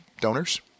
donors